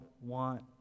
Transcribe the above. want